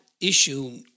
issue